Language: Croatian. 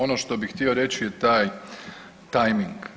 Ono što bih htio reći je taj tajming.